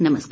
नमस्कार